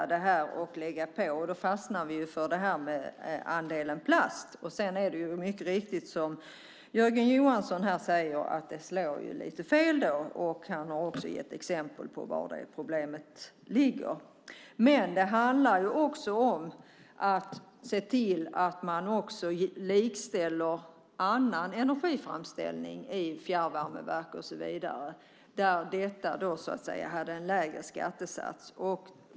Då fastnade vi för andelen plast, men som Jörgen Johansson mycket riktigt säger slår det lite fel. Han har också gett exempel på var problemet ligger. Men det handlar också om att likställa annan energiframställning i fjärrvärmeverk och så vidare där detta hade en lägre skattesats.